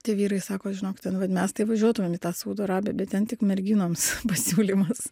tie vyrai sako žinok ten vat mes taip važiuotumėm į tą saudo arabiją bet ten tik merginoms pasiūlymas